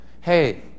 hey